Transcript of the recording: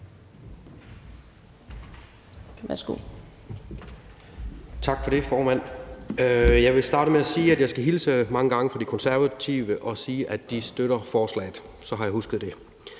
Tak for det, formand. Jeg vil starte med at sige, at jeg skal hilse mange gange fra De Konservative og sige, at de støtter forslaget. Så har jeg husket det.